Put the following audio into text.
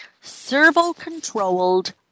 servo-controlled